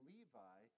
Levi